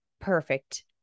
perfect